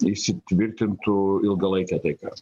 įsitvirtintų ilgalaikė taika